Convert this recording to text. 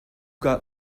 got